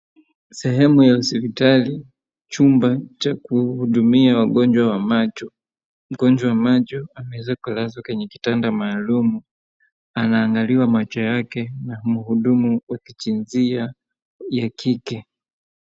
Sehemu ya hospitali, chumba cha kuhudumia wagonjwa wa macho, mgonjwa wa macho ameweza kulazwa kwenye kitanda maalum, anaangaliwa macho yake na mhudumu wa jinsia ya kike.